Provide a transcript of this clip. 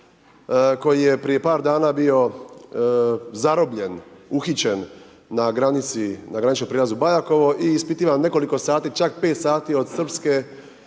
koji je prije par dana bio zarobljen, uhićen na granici na graničnom prijelazu Bajakovo i ispitivan nekoliko sati, čak 5 sati od srpske